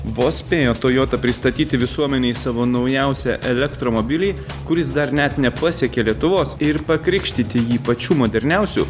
vos spėjo toyota pristatyti visuomenei savo naujausią elektromobilį kuris dar net nepasiekė lietuvos ir pakrikštyti jį pačiu moderniausiu